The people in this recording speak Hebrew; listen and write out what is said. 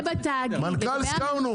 מנכ"ל הסכמנו.